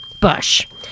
Bush